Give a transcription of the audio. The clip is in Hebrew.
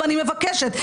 ואני מבקשת,